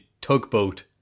tugboat